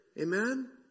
Amen